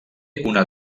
una